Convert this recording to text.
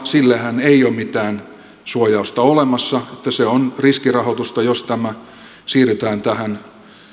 sillehän ei ole mitään suojausta olemassa se on riskirahoitusta jos tämä siirretään tähän